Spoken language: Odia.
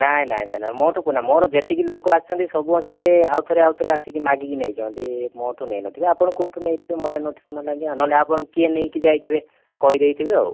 ନାଇଁ ନାଇଁ ନାଇଁ ମୋ ଠୁ ମୋର ଯେତିକି ଲୋକ ଆସିଛନ୍ତି ସମସ୍ତେ ଆଉଥରେ ଆଉଥରେ ଆସିକି ମାଗିକି ନେଇଛନ୍ତି ମୋ ଠୁ ନେଇନଥିବେ ଆପଣ କେଉଁଠୁ ନେଇଥିବେ ମନେ ନଥିବ ନହେଲେ ଆଜ୍ଞା ନହେଲେ ଆପଣ କିଏ ନେଇକି ଯାଇଥିବେ କହିଦେଇଥିବେ ଆଉ